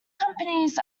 companies